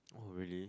oh really